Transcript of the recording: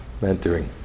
mentoring